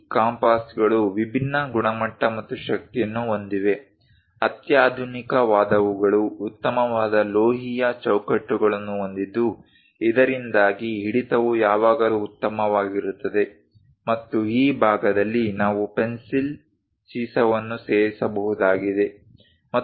ಈ ಕಾಂಪಾಸ್ಗಳು ವಿಭಿನ್ನ ಗುಣಮಟ್ಟ ಮತ್ತು ಶಕ್ತಿಯನ್ನು ಹೊಂದಿವೆ ಅತ್ಯಾಧುನಿಕವಾದವುಗಳು ಉತ್ತಮವಾದ ಲೋಹೀಯ ಚೌಕಟ್ಟುಗಳನ್ನು ಹೊಂದಿದ್ದು ಇದರಿಂದಾಗಿ ಹಿಡಿತವು ಯಾವಾಗಲೂ ಉತ್ತಮವಾಗಿರುತ್ತದೆ ಮತ್ತು ಈ ಭಾಗದಲ್ಲಿ ನಾವು ಪೆನ್ಸಿಲ್ ಸೀಸವನ್ನು ಸೇರಿಸಬಹುದಾಗಿದೆ